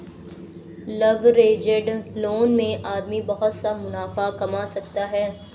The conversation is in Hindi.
लवरेज्ड लोन में आदमी बहुत सा मुनाफा कमा सकता है